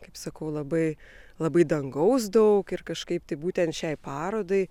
kaip sakau labai labai dangaus daug ir kažkaip tai būtent šiai parodai